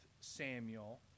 Samuel